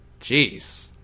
Jeez